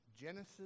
Genesis